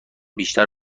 بیشتر